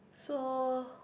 so